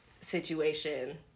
situation